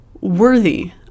worthy